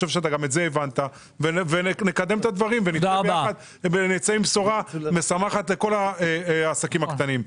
ונצא עם בשורה משמחת לכל העסקים הקטנים.